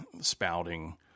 spouting